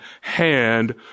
hand